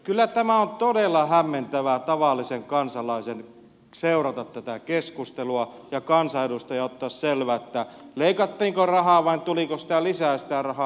kyllä on todella hämmentävää tavallisen kansalaisen seurata tätä keskustelua ja kansanedustajan ottaa selvää leikattiinko rahaa vai tuliko lisää sitä rahaa